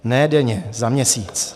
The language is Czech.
Ne denně, za měsíc.